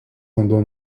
vanduo